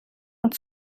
und